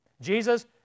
Jesus